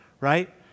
right